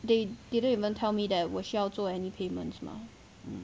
they didn't even tell me that 我需要做 any payments 吗